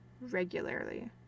regularly